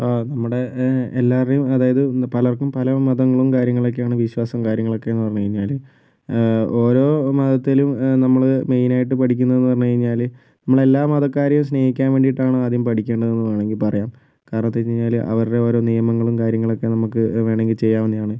ഇപ്പം നമ്മുടെ എ എല്ലാവരുടെയും അതായത് പലർക്കും പല മതങ്ങളും കാര്യങ്ങളൊക്കെയാണ് വിശ്വാസം കാര്യങ്ങളൊക്കെയെന്ന് പറഞ്ഞ് കഴിഞ്ഞാൽ ഓരോ മതത്തിലും നമ്മൾ മെയിനായിട്ട് പഠിക്കുന്നുവെന്ന് പറഞ്ഞ് കഴിഞ്ഞാൽ നമ്മൾ എല്ലാ മതക്കാരെയും സ്നേഹിക്കാൻ വേണ്ടിയിട്ടാണ് ആദ്യം പഠിക്കേണ്ടതെന്ന് വേണമെങ്കിൽ പറയാം കാരണം എന്തെന്ന് വെച്ച് കഴിഞ്ഞാൽ അവരുടെ ഓരോ നിയമങ്ങളും കാര്യങ്ങളൊക്കെ നമുക്ക് വേണമെങ്കിൽ ചെയ്യാവുന്നവയാണ്